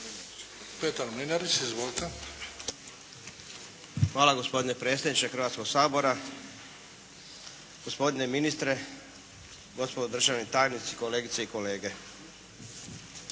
Petar (HDZ)** Hvala gospodine predsjedniče Hrvatskog sabora, gospodine ministre, gospodo državni tajnici, kolegice i kolege.